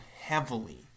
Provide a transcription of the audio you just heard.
heavily